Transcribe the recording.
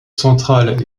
centrale